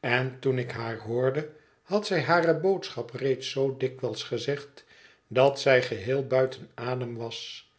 en toen ik haar hoorde had zij hare boodschap reeds zoo dikwijls gezegd dat zij geheel buiten adem was